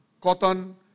cotton